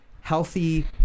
healthy